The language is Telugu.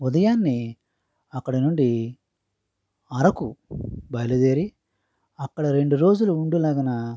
ఉదయాన్నే అక్కడి నుండి అరకు బయలుదేరి అక్కడ రెండు రోజులు ఉండు లాగున